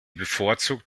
bevorzugt